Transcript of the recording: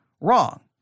wrong